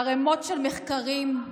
ערמות של מחקרים,